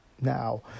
Now